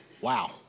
Wow